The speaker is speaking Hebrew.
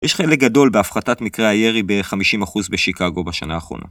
יש חלק גדול בהפחתת מקרי הירי ב-50% בשיקאגו בשנה האחרונה.